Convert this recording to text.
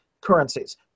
currencies